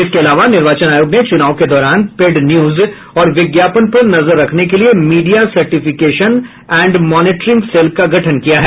इसके अलावा निर्वाचन आयोग ने चुनाव के दौरान पेड न्यूज और विज्ञापन पर नजर रखने के लिए media certification and monitoring cell का गठन किया है